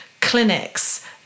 clinics